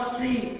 see